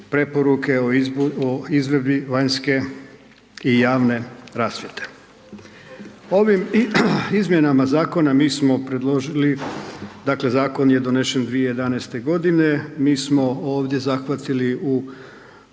preporuke o izvedbi vanjske i javne rasvjete. Ovim izmjenama zakona mi smo predložili dakle, zakon je donesen 2011. godine. Mi smo ovdje zahvatili u